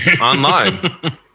online